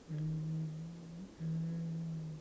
um um